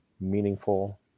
meaningful